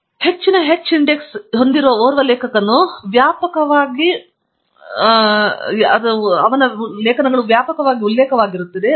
ಆದ್ದರಿಂದ ಇದರ ಅರ್ಥವೇನೆಂದರೆ ಹೆಚ್ಚಿನ ಹೆಚ್ ಇಂಡೆಕ್ಸ್ ಹೊಂದಿರುವ ಓರ್ವ ಲೇಖಕನು ಲೇಖಕರು ವ್ಯಾಪಕವಾಗಿ ಓದುತ್ತಿದ್ದರೆ ಮತ್ತು ವ್ಯಾಪಕವಾಗಿ ಉಲ್ಲೇಖಿಸಲಾಗುತ್ತಿದೆ